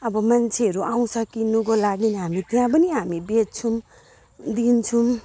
अब मान्छेहरू आउँछ किन्नुको लागि हामी त्यहाँ पनि हामी बेच्छौँ दिन्छौँ